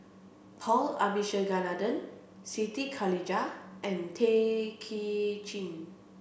Paul Abisheganaden Siti Khalijah and Tay Kay Chin